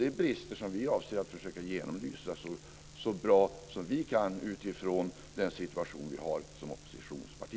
Det är brister som vi avser att försöka genomlysa så bra som vi kan utifrån den situation vi har som oppositionsparti.